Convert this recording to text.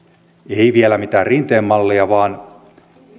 ei vielä mitään rinteen mallia vaan